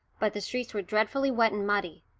but the streets were dreadfully wet and muddy,